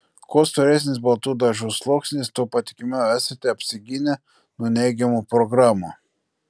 kuo storesnis baltų dažų sluoksnis tuo patikimiau esate apsigynę nuo neigiamų programų